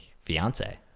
fiance